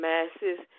Masses